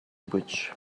bridge